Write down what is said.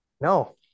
no